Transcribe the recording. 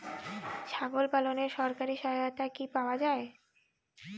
ছাগল পালনে সরকারি সহায়তা কি পাওয়া যায়?